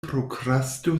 prokrasto